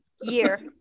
Year